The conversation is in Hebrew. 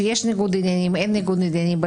שיש ניגוד עניינים או אין ניגוד עניינים.